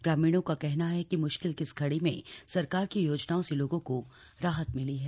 ग्रामीणों का कहना है कि म्श्किल की इस घड़ी में सरकार की योजनाओं से लोगों को राहत मिली है